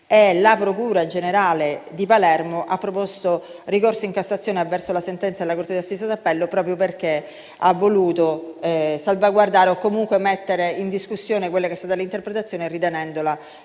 La procura generale di Palermo ha proposto ricorso in Cassazione avverso la sentenza della corte d'assise d'appello, proprio perché ha voluto salvaguardare o comunque mettere in discussione tale interpretazione, ritenendola